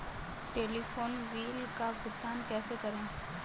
Telephone bill का भुगतान कैसे करें?